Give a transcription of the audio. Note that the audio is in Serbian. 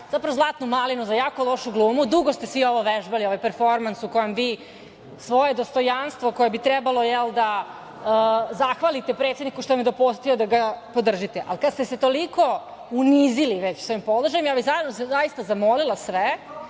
zapravo Zlatnu malinu za jako lošu glumu. Dugo ste svi ovo vežbali, ovaj performans u kome vi svoje dostojanstvo, koje bi trebalo, jel da, zahvalite predsedniku što vam je dopustio da ga podržite. Ali, kad ste se toliko unizili već sa ovim položajem, ja bih zaista bih zamolila sve